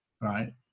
right